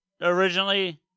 originally